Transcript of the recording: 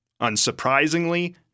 Unsurprisingly